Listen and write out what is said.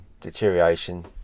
deterioration